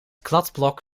kladblok